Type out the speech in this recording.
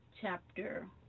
chapter